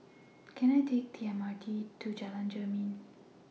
Can I Take The M R T to Jalan Jermin